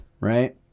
right